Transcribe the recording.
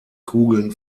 kugeln